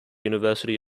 university